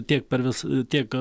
tiek per vis tiek